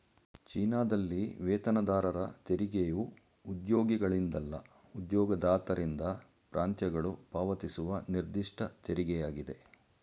ಚೀನಾದಲ್ಲಿ ವೇತನದಾರರ ತೆರಿಗೆಯು ಉದ್ಯೋಗಿಗಳಿಂದಲ್ಲ ಉದ್ಯೋಗದಾತರಿಂದ ಪ್ರಾಂತ್ಯಗಳು ಪಾವತಿಸುವ ನಿರ್ದಿಷ್ಟ ತೆರಿಗೆಯಾಗಿದೆ